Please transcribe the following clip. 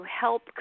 help